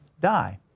die